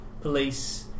police